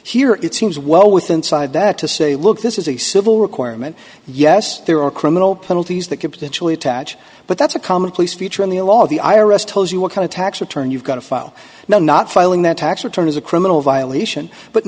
here it seems well with inside that to say look this is a civil requirement yes there are criminal penalties that could potentially attach but that's a commonplace feature in the law the i r s tells you what kind of tax return you've got to file now not filing that tax return is a criminal violation but